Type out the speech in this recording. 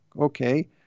okay